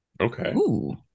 okay